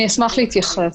אשמח להתייחס.